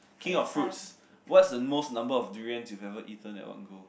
King of fruits what's the most number of durians you never eaten in one go